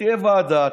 שתהיה ועדה,